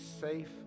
safe